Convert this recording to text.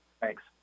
Thanks